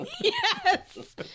Yes